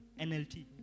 NLT